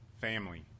family